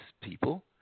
people